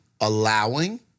allowing